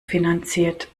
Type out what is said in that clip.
finanziert